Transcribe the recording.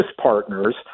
partner's